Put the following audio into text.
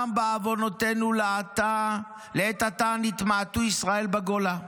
גם בעוונותינו לעתה עתה נתמעטו ישראל בגולה,